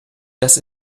das